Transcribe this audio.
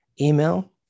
email